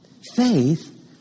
Faith